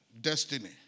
Destiny